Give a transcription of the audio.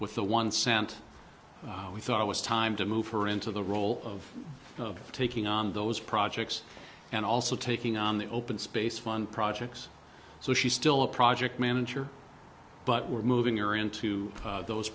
with the one cent we thought it was time to move her into the role of taking on those projects and also taking on the open space fund projects so she's still a project manager but we're moving her into those